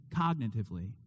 cognitively